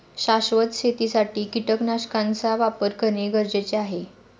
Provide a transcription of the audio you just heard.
शाश्वत शेतीसाठी कीटकनाशकांचा वापर करणे गरजेचे आहे